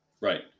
Right